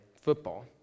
football